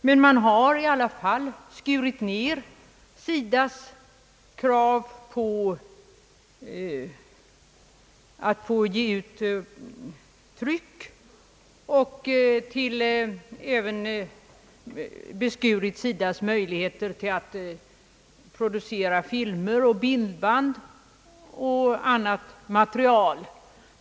Men man har i alla fall skurit ner SIDA:s krav på att ge ut trycksaker och även beskurit SIDA:s möjligheter att producera filmer, bildband och annat material.